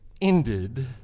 ended